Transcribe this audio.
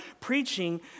preaching